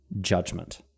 judgment